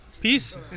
Peace